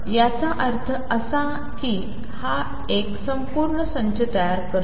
तर याचा अर्थ असा की हा एक संपूर्ण संच तयार करतो